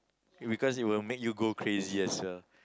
because it will make you go crazier sir